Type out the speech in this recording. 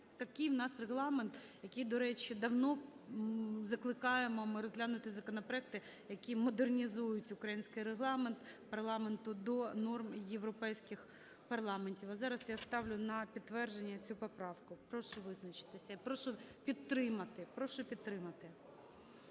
Такий в нас Регламент, який… До речі, давно закликаємо ми розглянути законопроекти, які модернізують український Регламент парламенту до норм європейських парламентів. А зараз я ставлю на підтвердження цю поправку. Прошу визначитися і прошу підтримати,